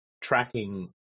tracking